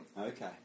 Okay